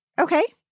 Okay